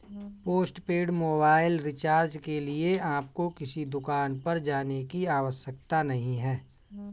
postpaid mobile recharge के लिए आपको किसी दुकान पर जाने की आवश्यकता नहीं है